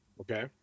Okay